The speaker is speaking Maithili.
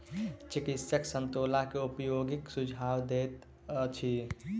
चिकित्सक संतोला के उपयोगक सुझाव दैत अछि